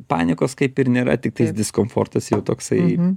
panikos kaip ir nėra tiktais diskomfortas jau toksai